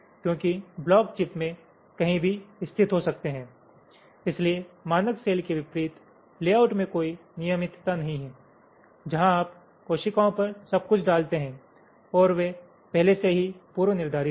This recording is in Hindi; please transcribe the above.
क्योंकि ब्लॉक चिप में कहीं भी स्थित हो सकते हैं इसलिए मानक सेल के विपरीत लेआउट में कोई नियमितता नहीं है जहां आप कोशिकाओं पर सब कुछ डालते हैं और वे पहले से ही पूर्वनिर्धारित हैं